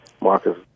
Marcus